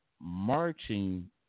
Marching